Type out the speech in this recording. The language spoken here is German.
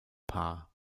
paar